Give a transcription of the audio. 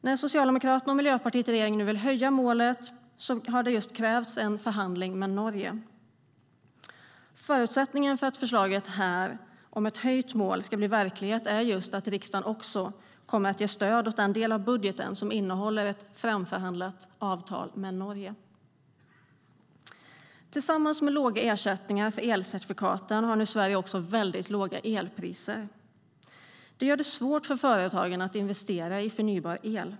När Socialdemokraterna och Miljöpartiet i regeringen nu vill höja målet har det just krävts en förhandling med Norge. Förutsättningen för att förslaget om ett höjt mål ska bli verklighet är att riksdagen ger stöd åt den del av budgeten som innehåller ett framförhandlat avtal med Norge. Tillsammans med låga ersättningar för elcertifikaten har Sverige nu också väldigt låga elpriser. Det gör det svårt för företagen att investera i förnybar el.